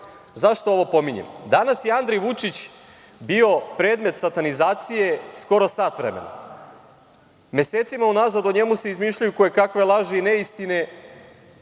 zašto ovo pominjem. Danas je Andrej Vučić bio predmet satanizacije skoro sat vremena. Mesecima unazad o njemu se izmišljaju kojekakve laži i neistine